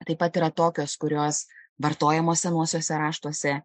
taip pat yra tokios kurios vartojamos senuosiuose raštuose